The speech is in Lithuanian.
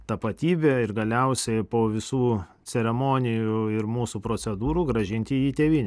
tapatybę ir galiausiai po visų ceremonijų ir mūsų procedūrų grąžinti jį į tėvynę